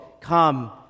come